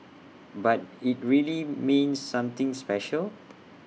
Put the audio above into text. but IT really means something special